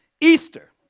Easter